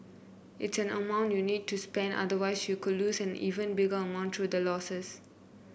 it's an amount you need to spend otherwise you could lose an even bigger amount through the losses